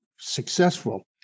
successful